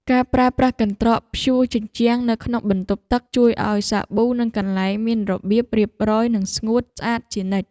ការប្រើប្រាស់កន្ត្រកព្យួរជញ្ជាំងនៅក្នុងបន្ទប់ទឹកជួយឱ្យសាប៊ូនិងកន្សែងមានរបៀបរៀបរយនិងស្ងួតស្អាតជានិច្ច។